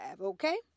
okay